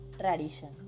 tradition